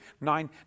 nine